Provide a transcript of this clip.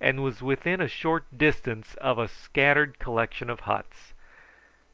and was within a short distance of a scattered collection of huts